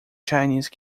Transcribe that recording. chinese